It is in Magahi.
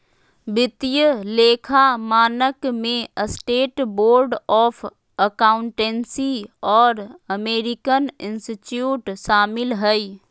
वित्तीय लेखा मानक में स्टेट बोर्ड ऑफ अकाउंटेंसी और अमेरिकन इंस्टीट्यूट शामिल हइ